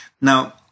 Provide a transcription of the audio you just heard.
Now